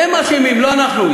הם אשמים, לא אנחנו.